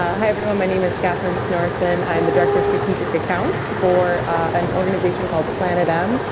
ah hi everyone, my name is katherine snorsen. i'm the director of strategic accounts for an organization called planet m.